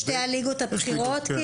שתי הליגות הבכירות?